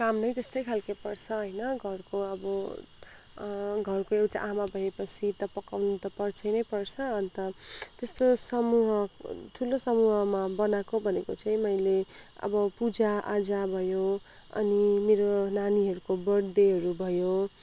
काम नै त्यस्तै खालको पर्छ होइन घरको अब घरको एउटा आमा भएपछि त पकाउनु त पर्छ नै पर्छ अन्त त्यस्तो समूह ठुलो समूहमा बनाएको भनेको चाहिँ मैले अब पूजाआजा भयो अनि मेरो नानीहरूको बर्थडेहरू भयो